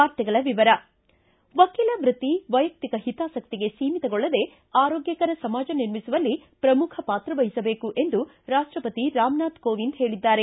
ವಾರ್ತೆಗಳ ವಿವರ ವಕೀಲ ವೃತ್ತಿ ವೈಯಕ್ತಿಕ ಹಿತಾಸಕ್ತಿಗೆ ಸೀಮಿತಗೊಳ್ಳದೆ ಆರೋಗ್ಗಕರ ಸಮಾಜ ನಿರ್ಮಿಸುವಲ್ಲಿ ಪ್ರಮುಖ ಪಾತ್ರವಹಿಸಬೇಕು ಎಂದು ರಾಷ್ಷಪತಿ ರಾಮನಾಥ್ ಕೋವಿಂದ ಹೇಳಿದ್ದಾರೆ